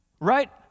Right